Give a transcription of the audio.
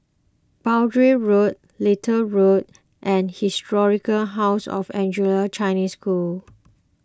Boundary Road Little Road and Historic House of Anglo Chinese School